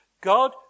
God